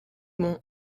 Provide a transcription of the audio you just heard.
mont